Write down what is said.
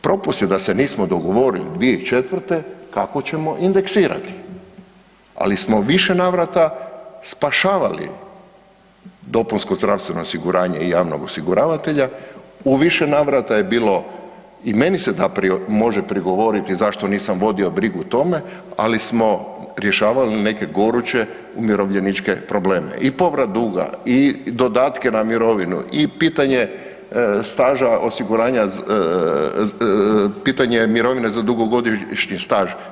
Propust je da se nismo dogovorili 2004. kako ćemo indeksirati, ali smo u više navrata spašavali dopunsko zdravstveno osiguranje i javnog osiguravatelja, u više navrata je bilo i meni se može prigovoriti zašto nisam vodio brigu o tome ali smo rješavali neke goruće umirovljeničke probleme i povrat duga i dodatke na mirovinu i pitanje staža osiguranja, pitanje mirovine za dugogodišnji staž.